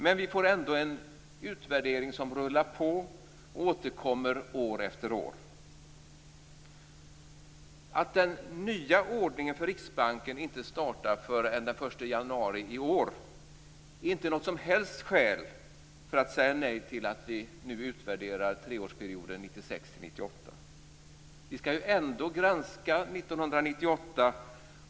Men vi får ändå en utvärdering som rullar på och återkommer år efter år. Att den nya ordningen för Riksbanken inte startar förrän den 1 januari i år är inte något som helst skäl för att säga nej till att vi nu utvärderar treårsperioden 1996-1998. Vi skall ju ändå granska 1998.